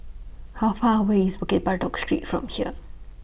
How Far away IS Bukit Batok Street from here